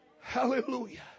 Hallelujah